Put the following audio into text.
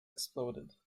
exploded